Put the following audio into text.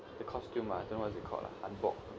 the costume ah I don't know what is it called lah hanbok